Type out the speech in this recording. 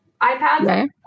iPads